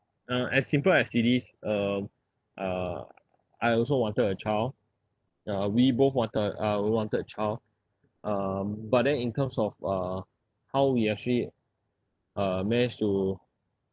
uh as simple as it is um uh I also wanted a child ya we both wanted a uh we wanted child um but then in terms of uh how we actually uh manage to